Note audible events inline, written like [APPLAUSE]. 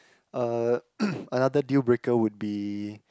uh [COUGHS] another deal breaker would be